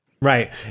Right